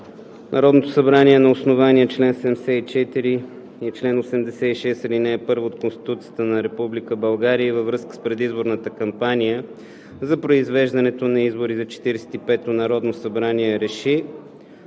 Народното събрание на основание чл. 74 и чл. 86, ал. 1 от Конституцията на Република България и във връзка с предизборната кампания за произвеждането на избори за Четиридесет и пето